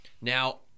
Now